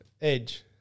Edge